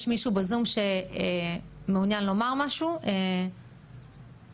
תודה רבה לחברת הכנסת סילמן.